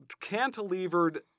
cantilevered